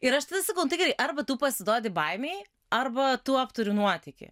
ir aš tada sakau nu tai gerai arba tu pasiduodi baimei arba tu apturi nuotykį